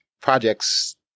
projects